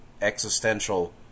existential